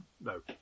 no